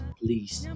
please